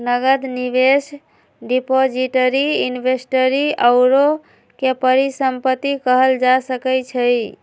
नकद, निवेश, depository, inventory आउरो के परिसंपत्ति कहल जा सकइ छइ